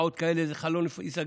בשעות כאלה, איזה חלון ייסגר,